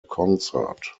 concert